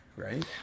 Right